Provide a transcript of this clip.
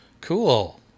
Cool